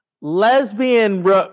Lesbian